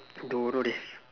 don't know dey